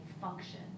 function